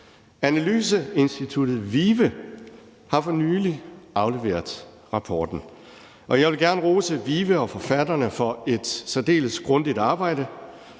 Analyseinstituttet VIVE har for nylig afleveret rapporten, og jeg vil gerne rose VIVE og forfatterne for et særdeles grundigt arbejde.